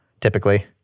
Typically